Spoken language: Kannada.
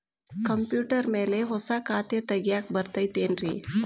ಕಂಪ್ಯೂಟರ್ ಮ್ಯಾಲೆ ಹೊಸಾ ಖಾತೆ ತಗ್ಯಾಕ್ ಬರತೈತಿ ಏನ್ರಿ?